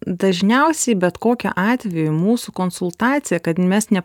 dažniausiai bet kokiu atveju mūsų konsultacija kad mes ne